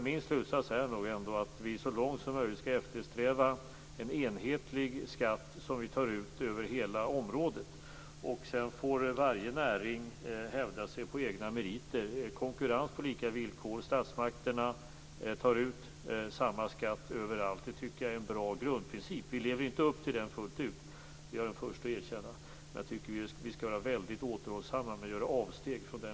Min slutsats är nog att vi skall eftersträva en så långt möjligt enhetlig skatt, som vi tar ut över hela området. Sedan får varje näring hävda sig på sina egna meriter under konkurrens på lika villkor. Jag tycker att det är en bra grundprincip att statsmakterna tar ut samma skatt överallt. Jag är den förste att erkänna att vi inte lever upp till den principen fullt ut, men jag tycker att vi skall vara väldigt återhållsamma med att göra avsteg från den.